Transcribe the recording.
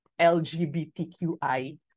LGBTQI